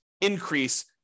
increase